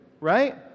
right